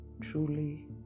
truly